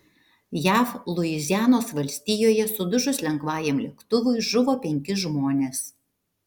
jav luizianos valstijoje sudužus lengvajam lėktuvui žuvo penki žmonės